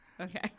Okay